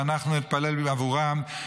ואנחנו נתפלל עבורם,